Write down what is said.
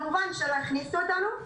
כמובן שלא הכניסו אותנו.